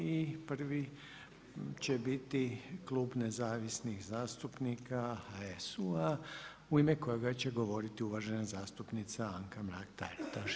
I prvi će biti Klub nezavisnih zastupnika HSU-a u ime kojega će govoriti uvažena zastupnica Anka Mrak-TAritaš.